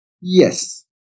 Yes